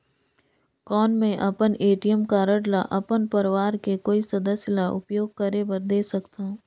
कौन मैं अपन ए.टी.एम कारड ल अपन परवार के कोई सदस्य ल उपयोग करे बर दे सकथव?